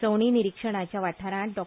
सवणी निरिक्षणाच्या वाठारांत डॉ